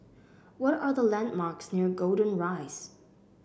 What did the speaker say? what are the landmarks near Golden Rise